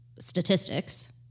statistics